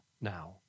now